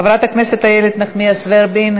חברת הכנסת איילת נחמיאס ורבין,